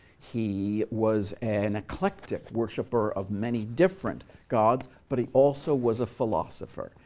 he was an eclectic worshiper of many different gods, but he also was a philosopher.